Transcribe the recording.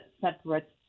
separate